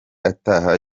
ataha